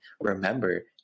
remember